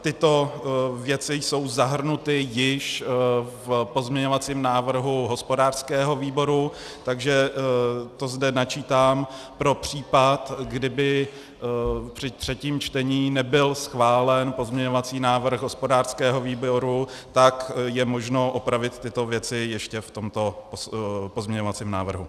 Tyto věci jsou zahrnuty již v pozměňovacím návrhu hospodářského výboru, takže to zde načítám pro případ, kdyby při třetím čtení nebyl schválen pozměňovací návrh hospodářského výboru, tak je možno opravit tyto věci ještě v tomto pozměňovacím návrhu.